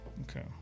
okay